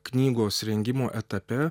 knygos rengimo etape